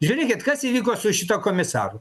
žiūrėkit kas įvyko su šituo komisaru